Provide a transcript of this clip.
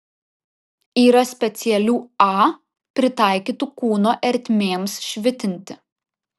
yra specialių a pritaikytų kūno ertmėms švitinti